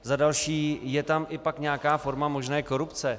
Za další je tam pak i nějaká forma možné korupce?